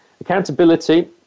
Accountability